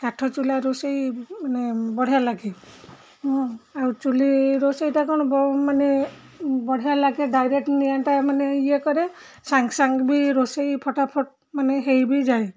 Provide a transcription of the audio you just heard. କାଠ ଚୁଲା ରୋଷେଇ ମାନେ ବଢ଼ିଆ ଲାଗେ ଆଉ ଚୁଲି ରୋଷେଇଟା କ'ଣ ମାନେ ବଢ଼ିଆ ଲାଗେ ଡାଇରେକ୍ଟ ନିଆଁଟା ମାନେ ଇଏ କରେ ସାଙ୍ଗ ସାଙ୍ଗ ବି ରୋଷେଇ ଫଟାଫଟ୍ ମାନେ ହେଇ ବି ଯାଏ